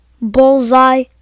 Bullseye